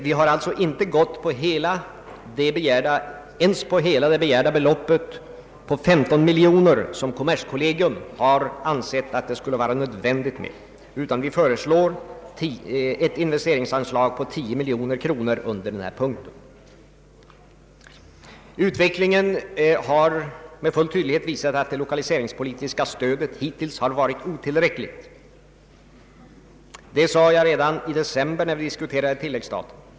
Vi har alltså inte stannat för det belopp på 15 miljoner kronor, vilket kommerskollegium ansett skulle vara nödvändigt, utan vi föreslår ett investeringsanslag på 10 miljoner kronor under den här punkten. Utvecklingen har med full tydlighet visat att det lokaliseringspolitiska stödet hittills har varit otillräckligt. Det sade jag redan i december, när vi diskuterade tilläggsstat I.